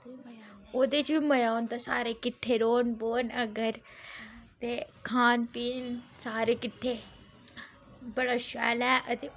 ओह्दे च बी मज़ा औंदा सारे किट्ठे रौह्न बौह्न अगर ते खान पीन सारे किट्ठे बड़ा शैल ऐ ते